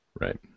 Right